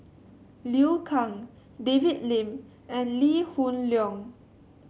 Liu Kang David Lim and Lee Hoon Leong